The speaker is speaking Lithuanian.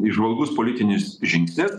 įžvalgus politinis žingsnis